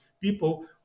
people